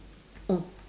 oh